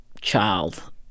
child